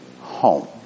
home